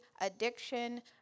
addiction